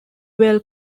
vail